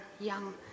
young